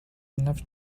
enough